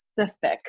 specific